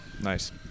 nice